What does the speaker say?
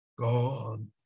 God